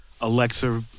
alexa